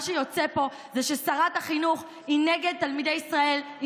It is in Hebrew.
מה שיוצא פה זה ששרת החינוך היא נגד תלמידי ישראל,